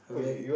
I very